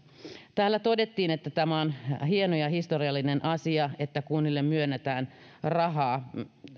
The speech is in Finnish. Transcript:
täällä todettiin että tämä on hieno ja historiallinen asia että kunnille myönnetään